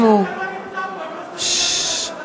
הם רגילים שאתה לא נמצא פה,